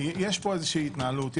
יש פה איזושהי התנהלות,